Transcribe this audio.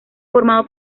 formado